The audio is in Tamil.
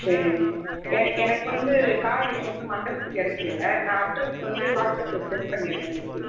சரிங்க எனக்கு வந்து காய்கறி வந்து மண்டபத்துக்கு இறக்கிருங்க நான் அட்ரஸ் வந்து வாட்ஸ் அப்பில் சென்ட் பண்ணிவிடுறேன் உங்களுக்கு